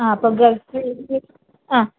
ആ അപ്പോൾ ഗൾഫിലേക്ക് ആ